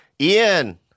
Ian